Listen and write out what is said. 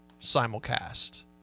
simulcast